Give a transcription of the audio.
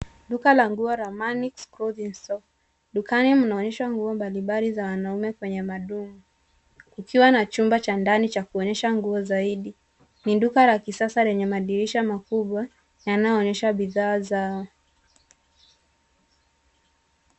Duka la nguo la Manix Clothing Store . Dukani mnaonyeshwa nguo mbalimbali za wanaume kwenye madumu, ikiwa na chumba cha ndani cha kuonyesha manguo zaidi. Ni duka la kisasa lenye madirisha makubwa yanayoonyesha bidhaa za.